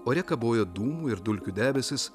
ore kabojo dūmų ir dulkių debesys